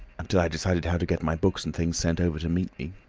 until i decided how to get my books and things sent over to meet me.